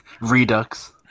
Redux